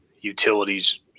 utilities